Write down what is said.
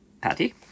Patty